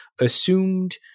assumed